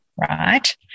right